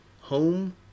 Home